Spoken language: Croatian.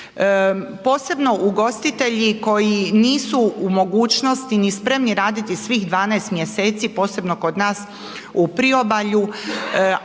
Posebno ugostitelji koji nisu u mogućnosti ni spremni raditi svih 12 mjeseci, posebno kod nas u Priobalju,